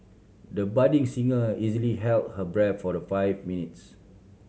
the budding singer easily held her breath for the five minutes